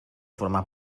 formar